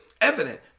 evident